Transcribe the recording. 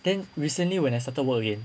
then recently when I started work again